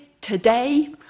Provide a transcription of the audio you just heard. today